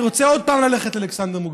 אני רוצה עוד פעם ללכת לאלכסנדר מוקדון,